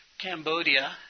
Cambodia